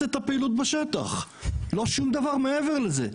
את הפעילות בשטח לא שום דבר מעבר לזה,